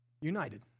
united